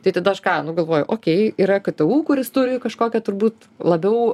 tai tada aš ką nu galvoju okei yra ktu kuris turi kažkokią turbūt labiau